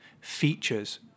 features